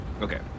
Okay